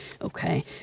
Okay